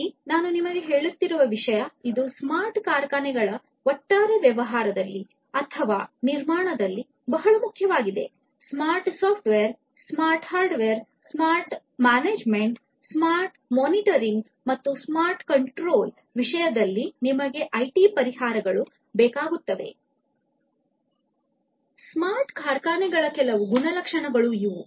IT ನಾನು ನಿಮಗೆ ಹೇಳುತ್ತಿದ್ದ ವಿಷಯ ಇದು ಸ್ಮಾರ್ಟ್ ಕಾರ್ಖಾನೆಗಳ ಒಟ್ಟಾರೆ ವ್ಯವಹಾರದಲ್ಲಿ ಅಥವಾ ನಿರ್ಮಾಣದಲ್ಲಿ ಬಹಳ ಮುಖ್ಯವಾಗಿದೆ smart software smart hardware smart management smart monitoring ಮತ್ತು ಸ್ಮಾರ್ಟ್ ಕಂಟ್ರೋಲ್ ವಿಷಯದಲ್ಲಿ ನಮಗೆ ಐಟಿ ಪರಿಹಾರಗಳು ಬೇಕಾಗುತ್ತವೆ